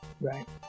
Right